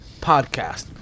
podcast